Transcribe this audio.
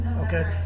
Okay